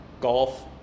golf